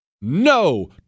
No